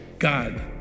God